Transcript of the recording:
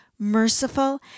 merciful